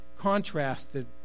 contrasted